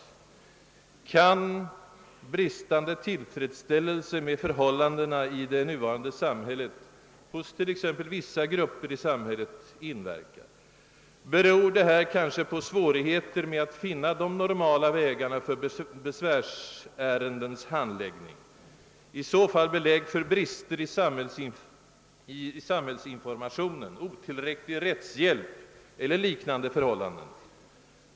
Kan bristande tillfredsställelse med förhållandena i det nuvarande samhället hos vissa grupper inverka? Beror det kanske på svårigheter att finna de normala vägarna för besvärsärendens handläggning? Är detta i så fall belägg för brister i samhällsinformationen, otillräcklig rättshjälp eller liknande förhållanden?